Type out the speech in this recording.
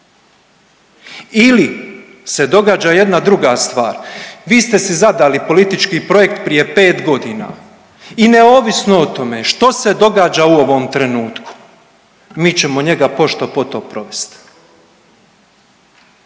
ili se događa jedna druga stvar? Vi ste si zadali politički projekt prije pet godina i neovisno o tome što se događa u ovom trenutku mi ćemo njega pošto poto provest.